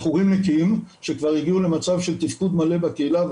אנחנו נתקלים בזה גם בסיורים שלנו כוועדה בקהילות